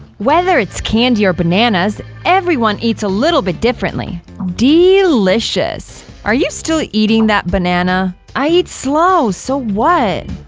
whether it's candy or bananas, everyone eats a little but differently. delicious! are you still eating that banana? i eat slow, so what?